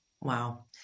Wow